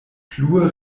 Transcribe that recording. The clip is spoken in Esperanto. plue